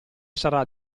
sarà